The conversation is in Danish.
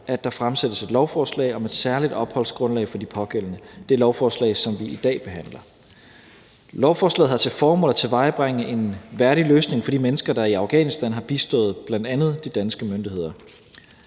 at der fremsættes et lovforslag om et særligt opholdsgrundlag for de pågældende – det lovforslag, som vi i dag behandler. Lovforslaget har til formål at tilvejebringe en værdig løsning for de mennesker, der i Afghanistan har bistået bl.a. de danske myndigheder.